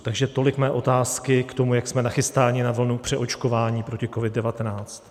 Takže tolik mé otázky k tomu, jak jsme nachystáni na vlnu přeočkování proti COVID19.